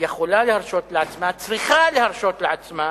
יכולה להרשות לעצמה, צריכה להרשות לעצמה